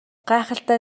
гайхалтай